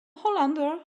hollander